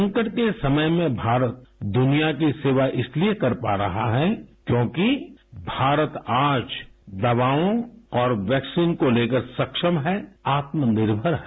संकट के समय में भारत दुनिया की सेवा इसलिए कर पा रहा है क्योंकि भारत आज दवाओं और वैक्सीन को लेकर सक्षम है आत्मनिर्भर है